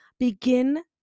Begin